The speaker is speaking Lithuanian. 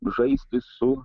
žaisti su